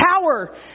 power